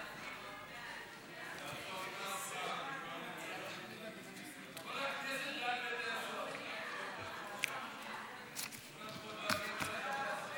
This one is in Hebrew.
ההצעה להעביר את הצעת חוק לתיקון פקודת בתי הסוהר (מס' 54 והוראת שעה)